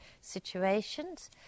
situations